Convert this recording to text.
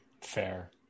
Fair